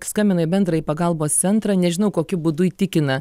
skambina į bendrąjį pagalbos centrą nežinau kokiu būdu įtikina